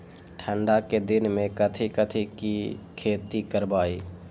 ठंडा के दिन में कथी कथी की खेती करवाई?